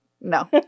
No